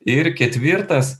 ir ketvirtas